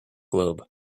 globe